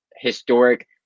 historic